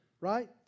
Right